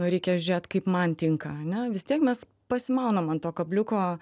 reikia žiūrėt kaip man tinka ane vis tiek mes pasimaunam ant to kabliuko